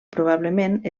probablement